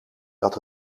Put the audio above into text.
dat